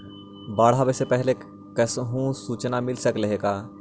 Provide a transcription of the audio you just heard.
बाढ़ आवे से पहले कैसहु सुचना मिल सकले हे का?